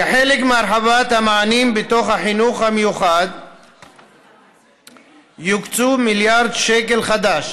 כחלק מהרחבת המענים בתוך החינוך המיוחד יוקצו מיליארד שקלים חדשים